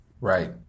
Right